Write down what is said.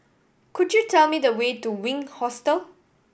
could you tell me the way to Wink Hostel